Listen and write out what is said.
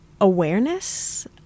awareness